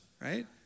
right